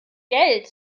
geld